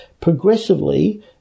progressively